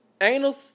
anal